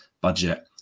budget